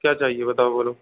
क्यो चाहिए बताओ बोलो